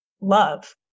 love